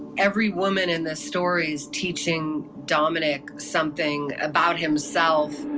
every woman in this story is teaching dominick something about himself.